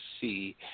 see